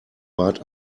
bat